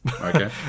Okay